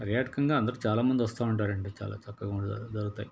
పర్యాటకంగా అందరూ చాలా మంది వస్తూ ఉంటారండి చాలా చక్కగా ఉంటుంది జరుగుతాయి